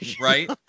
right